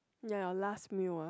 ya your last meal ah